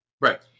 right